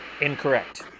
Incorrect